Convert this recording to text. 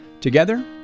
Together